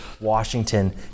Washington